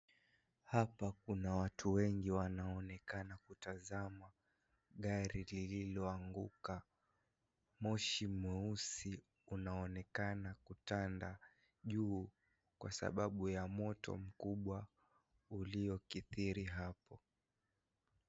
Hapa kuna watu wengi wanaoonekana kutazama gari lililoanguka. Moshi mweusi unaonekana kutanda juu kwa sababu ya moto mkubwa, uliokithiri hapo.